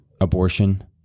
abortion